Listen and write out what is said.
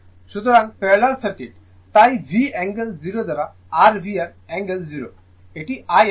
সুতরাং parallel circuit তাই V angle 0 দ্বারা r VR অ্যাঙ্গেল 0 এটি IR